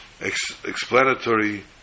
explanatory